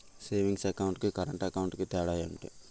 Savings account కి current account కి తేడా ఏమిటి?